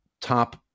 top